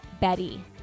Betty